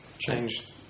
Changed